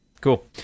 cool